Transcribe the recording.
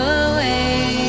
away